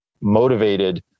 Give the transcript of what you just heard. motivated